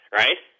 right